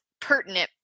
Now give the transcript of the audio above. pertinent